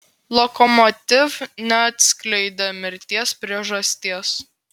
lokomotiv neatskleidė mirties priežasties